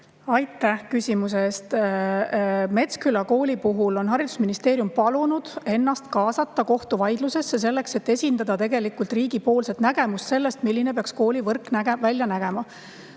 Aitäh küsimuse eest! Metsküla kooli puhul on haridusministeerium palunud ennast kaasata kohtuvaidlusesse selleks, et esindada riigi nägemust sellest, milline peaks koolivõrk välja nägema.